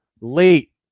late